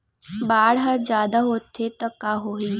बाढ़ ह जादा होथे त का होही?